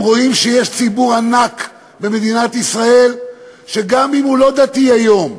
הם רואים שיש ציבור ענק במדינת ישראל שגם אם הוא לא דתי היום,